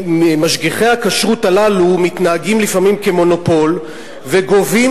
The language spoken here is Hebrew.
משגיחי הכשרות הללו מתנהגים לפעמים כמונופול וגובים